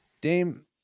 Dame